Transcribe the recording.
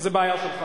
זה בעיה שלך,